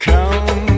Come